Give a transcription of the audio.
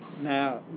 Now